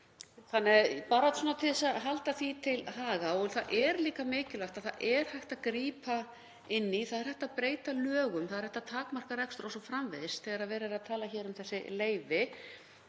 t.d., bara til að halda því til haga. Það er líka mikilvægt að það er hægt að grípa inn í. Það er hægt að breyta lögum, það er hægt að takmarka rekstur o.s.frv., þegar verið er að tala hér um þessi leyfi.